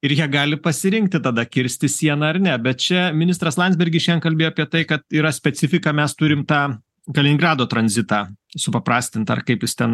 ir jie gali pasirinkti tada kirsti sieną ar ne bet čia ministras landsbergis šian kalbėjo apie tai kad yra specifika mes turime tą kaliningrado tranzitą supaprastintą ar kaip jis ten